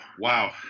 wow